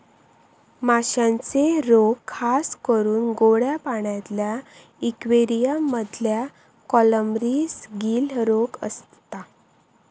माश्यांचे रोग खासकरून गोड्या पाण्यातल्या इक्वेरियम मधल्या कॉलमरीस, गील रोग असता